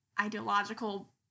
ideological